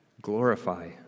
Glorify